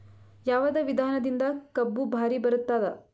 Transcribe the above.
ಯಾವದ ವಿಧಾನದಿಂದ ಕಬ್ಬು ಭಾರಿ ಬರತ್ತಾದ?